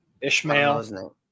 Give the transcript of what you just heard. Ishmael